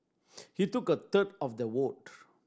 he took a third of the vote